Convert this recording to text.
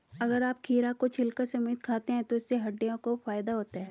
अगर आप खीरा को छिलका समेत खाते हैं तो इससे हड्डियों को फायदा होता है